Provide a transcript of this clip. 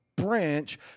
branch